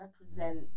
represent